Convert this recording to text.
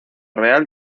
real